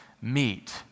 meet